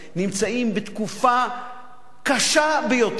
נמצאים בתקופה קשה ביותר.